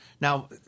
Now